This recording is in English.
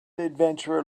adventurer